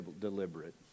deliberate